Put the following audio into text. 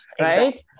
right